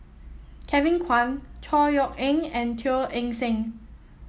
Kevin Kwan Chor Yeok Eng and Teo Eng Seng